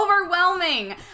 overwhelming